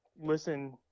listen